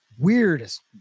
Weirdest